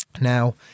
Now